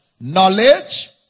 Knowledge